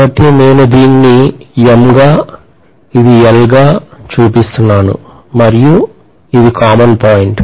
కాబట్టి నేను దీనిని M గా ఇది L గా చూపిస్తున్నాను మరియు ఇది కామన్ పాయింట్